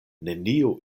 nenio